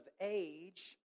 age